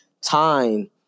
time